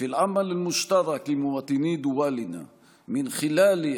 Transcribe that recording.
לביקור במדינת ישראל ובמקומות הקדושים שבה.